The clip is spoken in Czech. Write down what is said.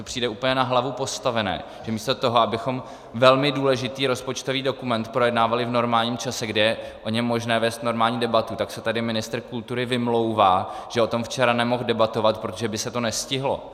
Mně to přijde úplně na hlavu postavené, že místo toho, abychom velmi důležitý rozpočtový dokument projednávali v normálním čase, kdy je o něm možné vést normální debatu, tak se tady ministr kultury vymlouvá, že o tom včera nemohl debatovat, protože by se to nestihlo.